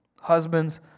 Husbands